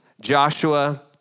Joshua